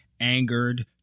angered